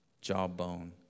Jawbone